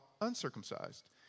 uncircumcised